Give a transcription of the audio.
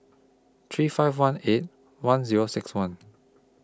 three five one eight one Zero six one